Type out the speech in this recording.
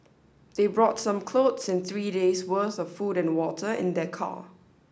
they brought some clothes and three days' worth of food and water in their car